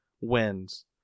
Wins